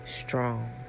strong